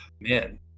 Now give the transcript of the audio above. man